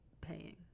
paying